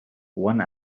one